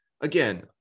again